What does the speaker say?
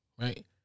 right